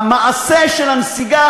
המעשה של הנסיגה,